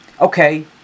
okay